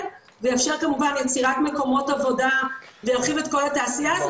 ויאפשר כמובן יצירת מקומות עבודה וירחיב את כל התעשיה הזאת.